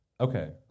Okay